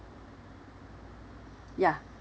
ya